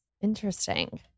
Interesting